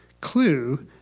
Clue